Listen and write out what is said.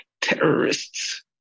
terrorists